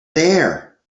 there